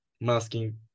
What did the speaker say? masking